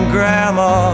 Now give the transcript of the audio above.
Grandma